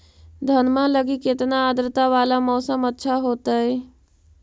धनमा लगी केतना आद्रता वाला मौसम अच्छा होतई?